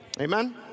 amen